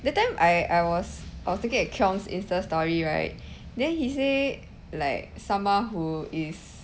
that time I I was I was looking at keong's insta story right then he say like someone who is